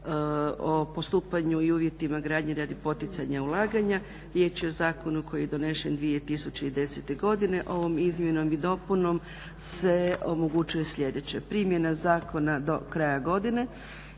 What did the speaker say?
o postupanju i uvjetima gradnje radi poticanja ulaganja. Riječ je o zakonu koji je donesen 2010. godine. Ovom izmjenom i dopunom se omogućuje sljedeće, primjena zakona do kraja godine